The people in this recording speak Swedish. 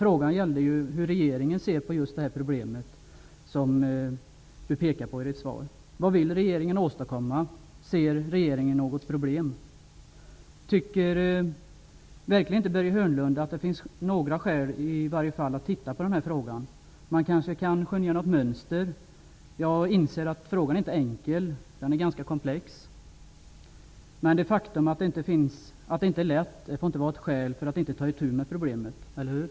Frågan gällde ju hur regeringen ser på just det problem som påpekas i svaret. Vad vill regeringen åstadkomma? Ser regeringen något problem här? Tycker verkligen Börje Hörnlund att det inte finns några skäl att i alla fall titta på frågan? Man kanske kan skönja något mönster. Jag inser att frågan inte är enkel, utan ganska komplex. Men det faktum att det inte är lätt får inte vara ett skäl för att inte ta itu med problemet, eller hur?